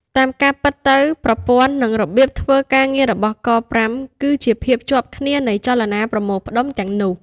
តាម ការពិតទៅប្រព័ន្ឋ និងរបៀបធ្វើការងាររបស់”ក៥”គឺជាភាពជាប់គ្នានៃចលនាប្រមូលផ្តុំទាំងនោះ។